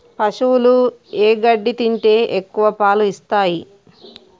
పశువులు ఏ గడ్డి తింటే ఎక్కువ పాలు ఇస్తాయి?